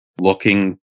looking